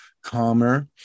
calmer